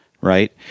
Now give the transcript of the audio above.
right